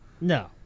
No